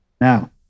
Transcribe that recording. Now